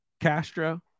Castro